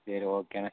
சரி ஓகேண்ண